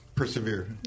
Persevere